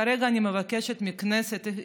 כרגע אני מבקשת מהכנסת,